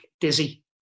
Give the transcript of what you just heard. dizzy